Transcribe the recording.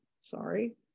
sorry